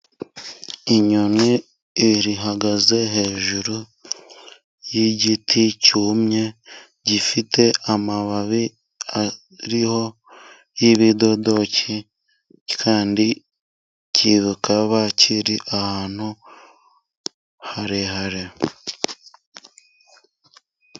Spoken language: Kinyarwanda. Inyoni ihagaze hejuru y'igiti cyumye. Gifite amababi ariho ibidodoki kandi kikaba kiri ahantu harehare.